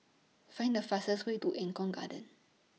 Find The fastest Way to Eng Kong Garden